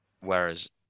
whereas